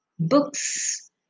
books